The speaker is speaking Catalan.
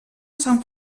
sant